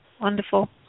wonderful